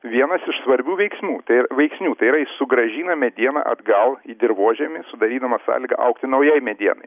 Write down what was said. vienas iš svarbių veiksmų tai ir veiksnių tai yra jis sugrąžina medieną atgal į dirvožemį sudarydamas sąlyga augti naujai medienai